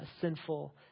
sinful